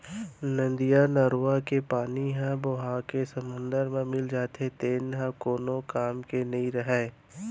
नदियाँ, नरूवा के पानी ह बोहाके समुद्दर म मिल जाथे तेन ह कोनो काम के नइ रहय